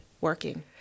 working